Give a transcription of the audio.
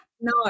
No